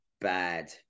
bad